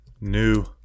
new